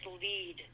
lead